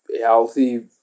healthy